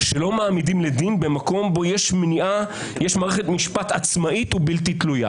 שלא מעמידים לדין במקום שבו יש מערכת משפט עצמאית ובלתי תלויה.